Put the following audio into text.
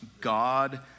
God